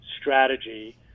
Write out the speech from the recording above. strategy